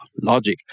logic